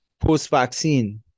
post-vaccine